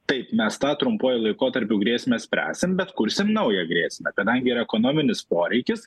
taip mes tą trumpuoju laikotarpiu grėsmę spręsim bet kursim naują grėsmę kadangi yra ekonominis poreikis